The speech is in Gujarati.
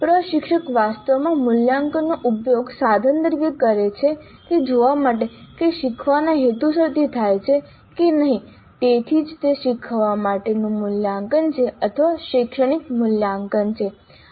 પ્રશિક્ષક વાસ્તવમાં મૂલ્યાંકનનો ઉપયોગ સાધન તરીકે કરે છે તે જોવા માટે કે શીખવાની હેતુસર થાય છે કે નહીં તેથી જ તે શીખવા માટેનું મૂલ્યાંકન છે અથવા શૈક્ષણિક મૂલ્યાંકન છે